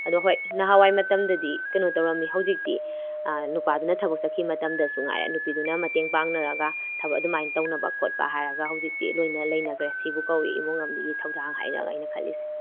ꯑꯗꯨ ꯍꯣꯏ ꯅꯍꯥꯟꯋꯥꯏ ꯃꯇꯝꯗꯗꯤ ꯀꯩꯅꯣ ꯇꯧꯔꯝꯃꯤ ꯍꯧꯖꯤꯛꯇꯤ ꯅꯨꯄꯥꯗꯨꯅ ꯊꯕꯛ ꯆꯠꯈꯤ ꯃꯇꯝꯗꯁꯨ ꯉꯥꯏꯔꯦ ꯅꯨꯄꯤꯗꯨꯅ ꯃꯇꯦꯡ ꯄꯥꯡꯅꯔꯒ ꯊꯕꯛ ꯑꯗꯨꯃꯥꯏꯅ ꯇꯧꯅꯕ ꯈꯣꯠꯄ ꯍꯥꯏꯔꯒ ꯍꯧꯖꯤꯛꯇꯤ ꯂꯣꯏꯅ ꯂꯩꯅꯈ꯭ꯔꯦ ꯁꯤꯕꯨ ꯀꯧꯋꯤ ꯏꯃꯨꯡ ꯑꯃꯒꯤ ꯊꯧꯗꯥꯡ ꯍꯥꯏꯔꯒ ꯑꯩꯅ ꯈꯜꯂꯤꯁꯦ